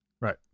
right